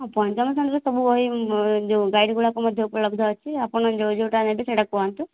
ହଁ ପଞ୍ଚମ ଶ୍ରେଣୀର ସବୁ ବହି ଯେଉଁ ଗାଇଡ଼ ଗୁଡ଼ାକ ମଧ୍ୟ ଉପଲବ୍ଧ ଅଛି ଆପଣ ଯେଉଁ ଯେଉଁଟା ନେବେ ସେଟା କୁହନ୍ତୁ